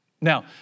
Now